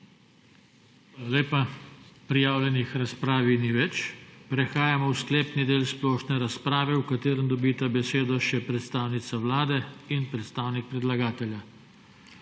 lepa. Prijavljenih k razpravi ni več. Prehajamo v sklepni del splošne razprave, v katerem dobita besedo še predstavnica Vlade in predstavnik predlagatelja.